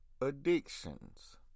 addictions